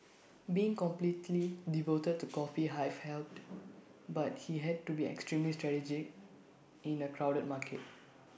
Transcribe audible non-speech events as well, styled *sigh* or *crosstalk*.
*noise* being completely devoted to coffee hive helped but he had to be extremely strategic in A crowded market